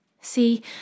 See